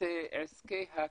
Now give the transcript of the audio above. עסקי הקש,